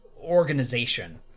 organization